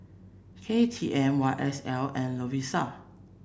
K T M Y S L and Lovisa